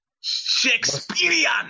Shakespearean